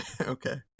Okay